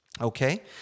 Okay